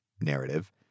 narrative